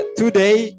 today